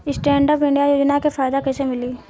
Stand up India योजना के फायदा कैसे मिली?